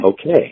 okay